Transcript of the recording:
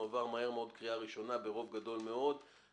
הוא עבר מהר מאוד בקריאה ראשונה וברוב גדול ואני